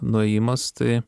nuėjimas tai